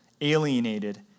alienated